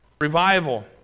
revival